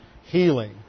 healing